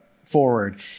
forward